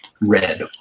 Red